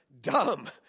dumb